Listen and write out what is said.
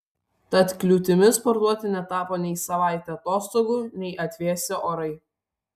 tad kliūtimi sportuoti netapo nei savaitė atostogų nei atvėsę orai